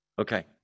Okay